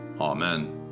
Amen